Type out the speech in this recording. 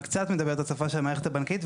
קצת מדבר את השפה של המערכת הבנקאית.